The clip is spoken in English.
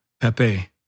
Pepe